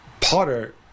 Potter